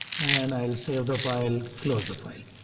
an i'll save the file, close the file.